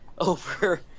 over